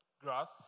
grass